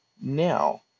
Now